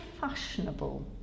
fashionable